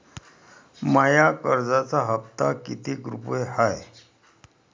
माया कर्जाचा हप्ता कितीक रुपये हाय?